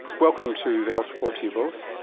welcome to the health report to you both.